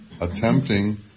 attempting